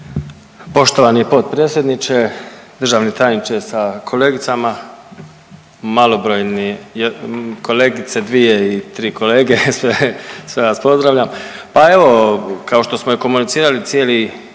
Poštovani potpredsjedniče, državni tajniče sa kolegicama, malobrojni kolegice dvije i tri kolege sve vas pozdravljam. Pa evo kao i što smo komunicirali cijelo